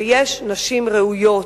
ויש נשים ראויות.